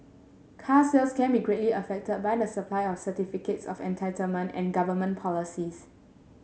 car sales can be greatly affected by the supply of certificates of entitlement and government policies